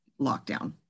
lockdown